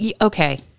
Okay